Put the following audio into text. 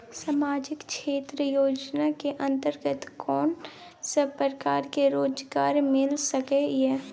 सामाजिक क्षेत्र योजना के अंतर्गत कोन सब प्रकार के रोजगार मिल सके ये?